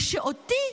ושאותי,